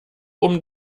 oben